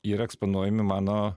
yra eksponuojami mano